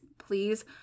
please